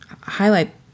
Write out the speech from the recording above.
highlight